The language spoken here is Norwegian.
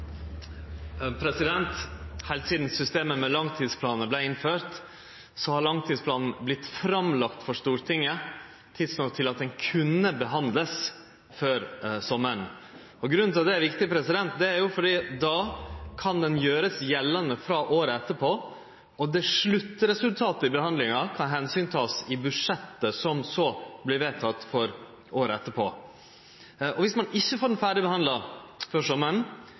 sidan systemet med langtidsplan vart innført, har langtidsplanen vorte lagd fram for Stortinget tidsnok til at han kunne behandlast før sommaren. Grunnen til at det er viktig, er at han då kan gjerast gjeldande frå året etterpå, og sluttresultatet av behandlinga kan det takast omsyn til i budsjettet som vert vedteke for året etter. Om ein ikkje får han ferdigbehandla før sommaren,